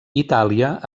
itàlia